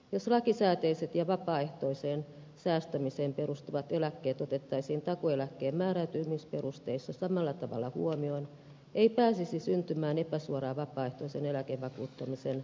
jos lakisääteiset ja vapaaehtoiseen säästämiseen perustuvat eläkkeet otettaisiin takuueläkkeen määräytymisperusteissa samalla tavalla huomioon ei pääsisi syntymään epäsuoraa vapaaehtoisen eläkevakuuttamisen tukemista